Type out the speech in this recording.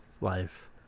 life